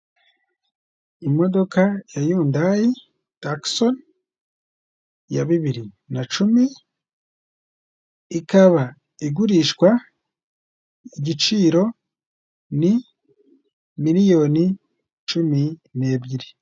Imodoka ya Yundayi Takisoni, ya bibiri na cumi; ikaba igurishwa, igiciro ni miliyoni cumi n'ebyiri.